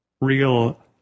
real